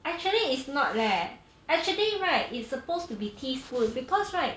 actually it's not leh actually right it's supposed to be teaspoon because right